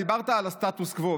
דיברת על הסטטוס קוו,